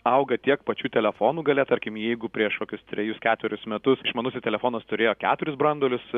auga tiek pačių telefonų galia tarkim jeigu prieš kokius trejus ketverius metus išmanusis telefonas turėjo keturis branduolius